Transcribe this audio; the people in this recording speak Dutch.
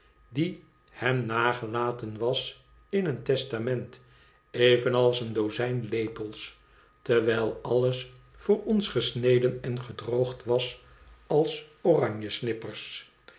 die hem nagelaten was in een testament evenals een dozijn lepels terwijl alles voor ons gesneden en gedroogd was als